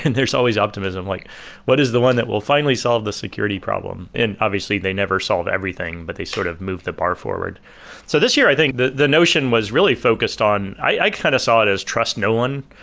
there's always optimism, like what is the one that will finally solve the security problem? and obviously, they never solved everything, but they sort of moved the bar forward so this year, i think the the notion was really focused on i kind of saw it as trust no one.